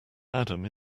adam